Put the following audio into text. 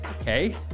Okay